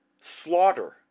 Slaughter